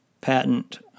patent